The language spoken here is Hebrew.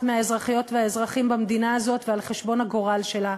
מהאזרחיות והאזרחים במדינה הזאת ועל חשבון הגורל שלה,